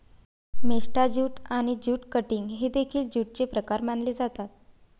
मेस्टा jute आणि jute cutting हे देखील ज्यूटचे प्रकार मानले जातात